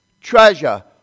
treasure